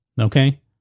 okay